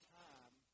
time